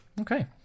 Okay